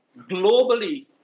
globally